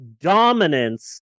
dominance